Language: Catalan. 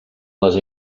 les